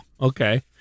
okay